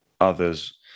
others